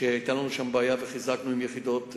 היתה לנו שם בעיה וחיזקנו עם יחידות,